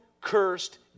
cursed